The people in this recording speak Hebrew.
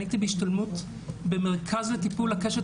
אני הייתי בהשתלמות במרכז לטיפול הקשת